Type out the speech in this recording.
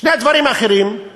שני הדברים האחרים הם